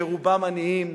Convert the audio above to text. שרובם עניים.